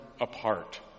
apart